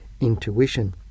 intuition